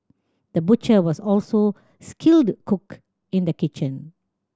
the butcher was also skilled cook in the kitchen